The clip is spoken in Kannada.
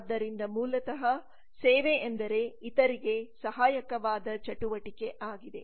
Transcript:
ಆದ್ದರಿಂದ ಮೂಲತಃ ಸೇವೆ ಎಂದರೆ ಇತರರಿಗೆ ಸಹಾಯಕವಾದ ಚಟುವಟಿಕೆ ಆಗಿದೆ